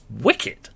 wicked